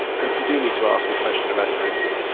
but if you do need to ask a question about your hosting,